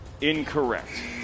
Incorrect